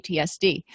PTSD